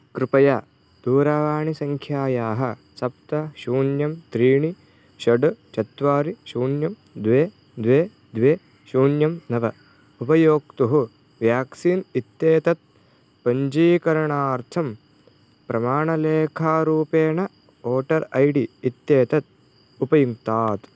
कृपया दूरवाणीसङ्ख्यायाः सप्त शून्यं त्रीणि षट् चत्वारि शून्यं द्वे द्वे द्वे शून्यं नव उपयोक्तुः व्याक्सीन् इत्येतत् पञ्जीकरणार्थं प्रमाणलेखारूपेण वोटर् ऐ डी इत्येतत् उपयुङ्क्तात्